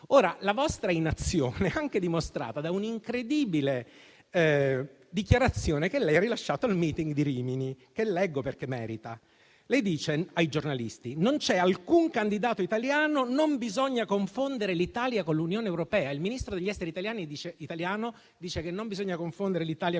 La vostra inazione è anche dimostrata da un incredibile dichiarazione che lei ha rilasciato al *meeting* di Cernobbio, che leggo perché merita. Ella dice ai giornalisti: «Non c'è alcun candidato italiano. Non bisogna confondere l'Italia con l'Unione europea». Quindi, il Ministro degli affari esteri italiano afferma che non bisogna confondere l'Italia con l'Unione europea.